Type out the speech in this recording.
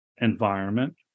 environment